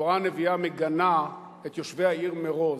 אינו נוכח דניאל בן-סימון,